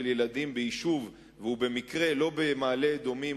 ילדים ביישוב והוא במקרה לא במעלה-אדומים,